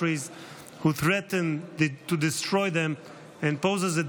countries who threaten to destroy them and poses a